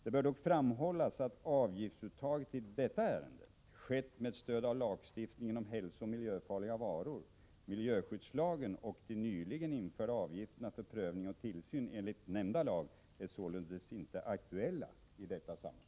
Det bör dock framhållas att avgiftsuttaget i detta ärende skett med stöd av lagstiftningen om hälsooch miljöfarliga varor. Miljöskyddslagen och de nyligen införda avgifterna för prövning och tillsyn enligt nämnda lag är således inte aktuella i detta sammanhang.